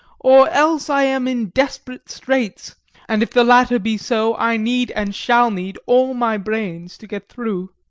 or else i am in desperate straits and if the latter be so, i need, and shall need, all my brains to get through.